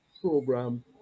program